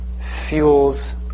fuels